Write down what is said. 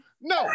no